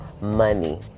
money